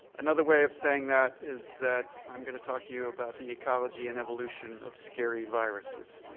another way of saying that is that i'm going to talk to you about the ecology and evolution of scary viruses.